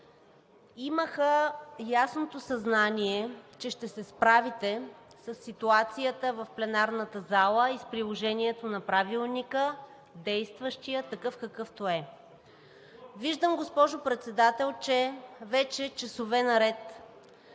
имаха ясното съзнание, че ще се справите със ситуацията в пленарната зала и с приложението на Правилника – действащия, такъв, какъвто е. Виждам, госпожо Председател, че вече часове наред